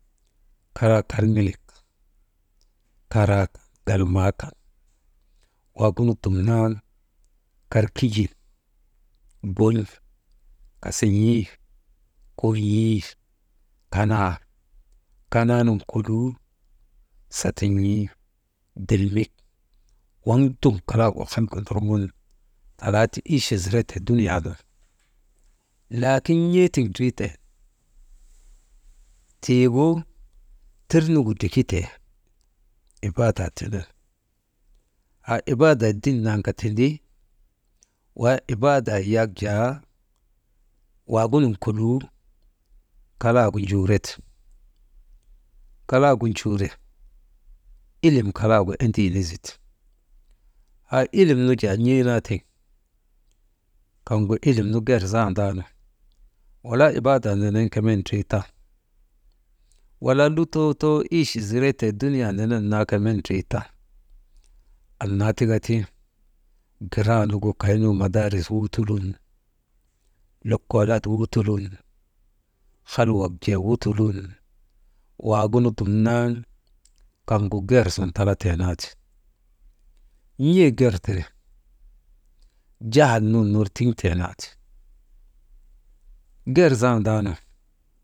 Karaa karŋilik karaa galmaa kan, waagunu dumnan kar kijin bon̰, kasin̰ii, kon̰ii, kanaa, kanaa nun koluu satin̰ii dilmik waŋ dum kalaagu, halgi ndorŋun talaati ichi zirete dunuyaa nun, laakin n̰eetiŋ ndriten tiigu tirnugu drikite, ibaadaa tenen ha ibaadaa diniyan kaa tindi, wa ibaadaa yak jaa waagunun koluu kalaagu njuurete, kalaagu njuure ilim kalaagu endiini zite haa ilim nu jaa n̰ee naa tiŋ kaŋgu ilim nu met gerzandaanu wala ibaadaanu kaa met ndriitan, walaa lutoo too ichiziretee dunuyaa nenen met ndriitan, annaa tika ti giraanu kaynu madaaris nu wutulun lokolatnu wutulun halwak jee wutulun, waagunu dumnaanu kaŋgu gersun talatee naa ti, n̰ee ger tiri, jahal nun ner tiŋtee naa ti gerzandaanu.